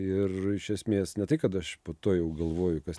ir iš esmės ne tai kad aš po to jau galvoju kas